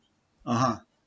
(uh huh)